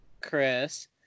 Chris